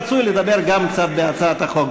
רצוי לדבר גם קצת על הצעת החוק.